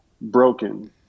Broken